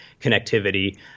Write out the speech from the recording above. connectivity